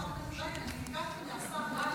חברת הכנסת רייטן,